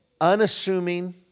unassuming